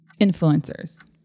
Influencers